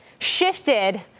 shifted